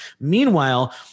Meanwhile